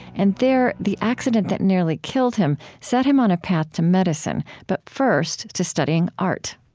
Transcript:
and there, the accident that nearly killed him set him on a path to medicine, but first to studying art